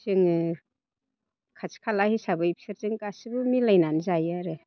जोङो खाथि खाला हिसाबै बिसोरजों गासिबो मिलायनानै जायो आरो